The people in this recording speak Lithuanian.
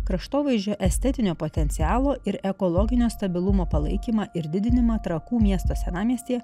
kraštovaizdžio estetinio potencialo ir ekologinio stabilumo palaikymą ir didinimą trakų miesto senamiestyje